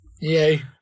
yay